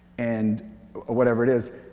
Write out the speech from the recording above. and whatever it is.